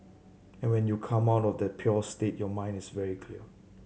and when you come out of that pure state your mind is very clear